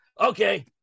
Okay